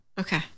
Okay